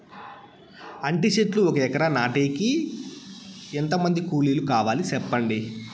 అంటి చెట్లు ఒక ఎకరా నాటేకి ఎంత మంది కూలీలు కావాలి? సెప్పండి?